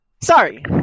Sorry